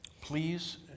please